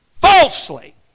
falsely